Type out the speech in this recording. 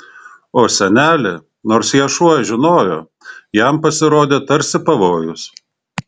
o senelė nors ją šuo žinojo jam pasirodė tarsi pavojus